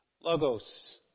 logos